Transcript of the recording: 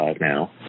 now